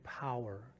power